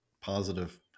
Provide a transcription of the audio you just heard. positive